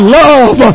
love